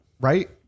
Right